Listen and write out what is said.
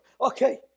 Okay